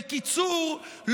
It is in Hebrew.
בקיצור,